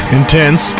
intense